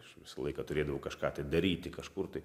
aš visą laiką turėdavau kažką tai daryti kažkur tai